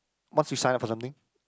once you sign up for something